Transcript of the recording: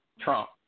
Trump